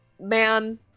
Man